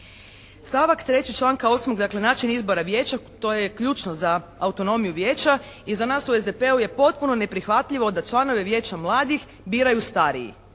Stavak 3. članka 8. dakle način izbora vijeća to je ključno za autonomiju vijeća i za nas u SDP-u je potpuno neprihvatljivo da članovi vijeća mladih biraju stariji,